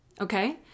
okay